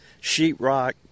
Sheetrock